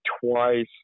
twice